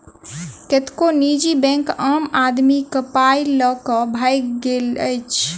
कतेको निजी बैंक आम आदमीक पाइ ल क भागि गेल अछि